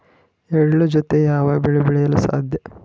ಎಳ್ಳು ಜೂತೆ ಯಾವ ಬೆಳೆ ಬೆಳೆಯಲು ಸಾಧ್ಯ?